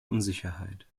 unsicherheit